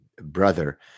brother